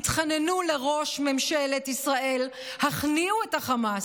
התחננו לראש ממשלת ישראל: הכניעו את החמאס.